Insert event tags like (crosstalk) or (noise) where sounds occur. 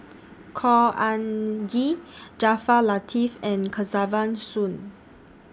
Khor Ean (hesitation) Ghee Jaafar Latiff and Kesavan Soon